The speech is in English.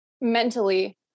Mentally